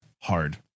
hard